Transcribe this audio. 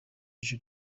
ijisho